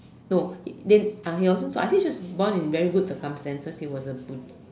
no I think he was just born in very good circumstances he was a